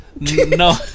no